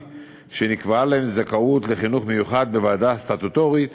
שנקבעה להם זכאות לחינוך מיוחד בוועדה סטטוטורית